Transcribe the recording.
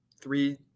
three